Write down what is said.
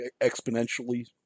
exponentially